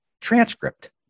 transcript